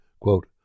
Quote